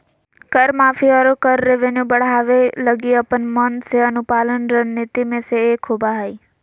कर माफी, आरो कर रेवेन्यू बढ़ावे लगी अपन मन से अनुपालन रणनीति मे से एक होबा हय